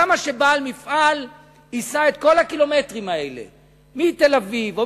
למה שבעל מפעל ייסע את כל הקילומטרים האלה מתל-אביב או